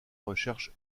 recherche